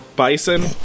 Bison